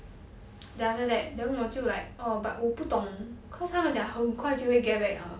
then after that then 我就 like oh but 我不懂 cause 他们讲很快就会 get back liao